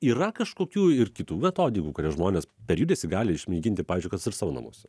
yra kažkokių ir kitų metodikų kurias žmonės per judesį gali išmėginti pavyzdžiui kad ir savo namuose